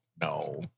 no